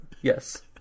Yes